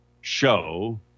show